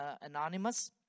anonymous